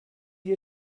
you